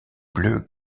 bleu